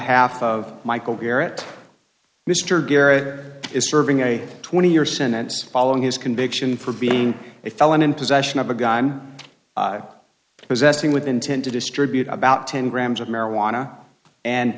behalf of michael barrett mr garrett is serving a twenty year sentence following his conviction for being a felon in possession of a gun possessing with intent to distribute about ten grams of marijuana and